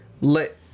let